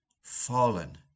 fallen